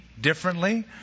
differently